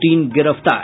तीन गिरफ्तार